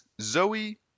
Zoe